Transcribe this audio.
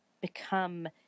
become